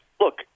Look